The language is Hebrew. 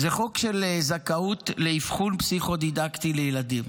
הוא חוק זכאות לאבחון פסיכו-דידקטי לילדים.